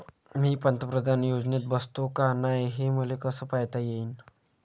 मी पंतप्रधान योजनेत बसतो का नाय, हे मले कस पायता येईन?